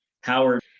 Howard